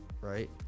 Right